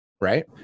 right